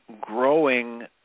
growing